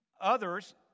Others